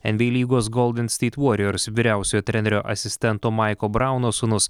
nba lygos golden state warriors vyriausiojo trenerio asistento maiko brauno sūnus